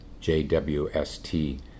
JWST